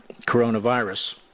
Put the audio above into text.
coronavirus